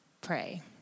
Pray